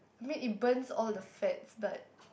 mean it burns all the fats but